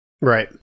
Right